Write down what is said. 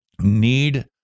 need